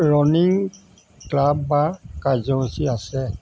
running club বা কাৰ্যসূচী আছে